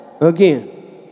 again